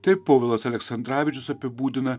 taip povilas aleksandravičius apibūdina